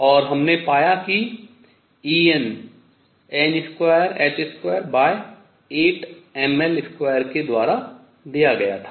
और हमने पाया कि En n2h28mL2 के द्वारा दिया गया था